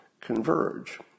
converge